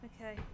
okay